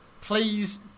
Please